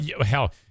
hell